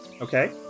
okay